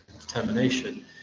determination